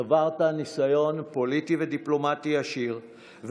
צברת ניסיון פוליטי ודיפלומטי עשיר,